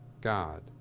God